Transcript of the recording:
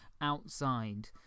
outside